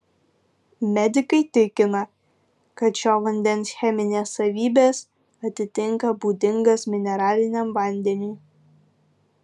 medikai tikina kad šio vandens cheminės savybės atitinka būdingas mineraliniam vandeniui